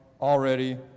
already